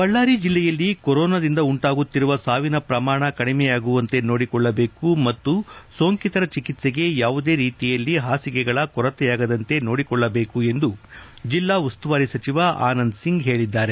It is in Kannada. ಬಳ್ಳಾರಿ ಜಿಲ್ಲೆಯಲ್ಲಿ ಕೊರೊನಾದಿಂದ ಉಂಟಾಗುತ್ತಿರುವ ಸಾವಿನ ಪ್ರಮಾಣ ಕಡಿಮೆಯಾಗುವಂತೆ ನೋಡಿಕೊಳ್ಳಬೇಕು ಮತ್ತು ಸೋಂಕಿತರ ಚಿಕಿತ್ಸೆಗೆ ಯಾವುದೇ ರೀತಿಯಲ್ಲಿ ಹಾಸಿಗೆಗಳ ಕೊರತೆಯಾಗದಂತೆ ನೋಡಿಕೊಳ್ಳಬೇಕು ಎಂದು ಜಿಲ್ಲಾ ಉಸ್ತುವಾರಿ ಸಚಿವ ಆನಂದಸಿಂಗ್ ಹೇಳಿದ್ದಾರೆ